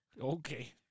Okay